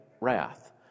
wrath